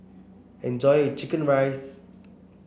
enjoy your chicken rice